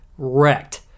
wrecked